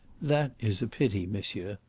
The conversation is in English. that is a pity, monsieur.